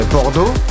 Bordeaux